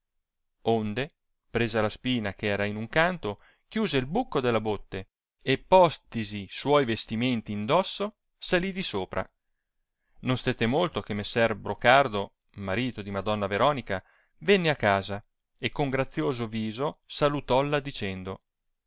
onde presa la spina che era in un canto chiuse il bucco della botte e postisi e suoi vestimenti in dosso salì di sopra non stette molto che messer brocardo marito di madonna veronica venne a casa e con grazioso viso salutolla dicendo